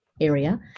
area